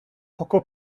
poco